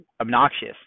obnoxious